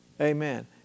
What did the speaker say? Amen